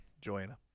Joanna